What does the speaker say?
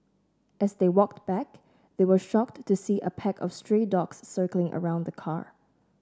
as they walked back they were shocked to see a pack of stray dogs circling around the car